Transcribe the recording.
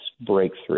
breakthrough